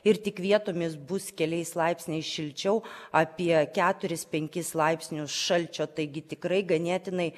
ir tik vietomis bus keliais laipsniais šilčiau apie keturis penkis laipsnius šalčio taigi tikrai ganėtinai